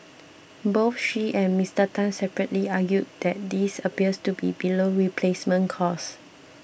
both she and Mister Tan separately argued that this appears to be below replacement cost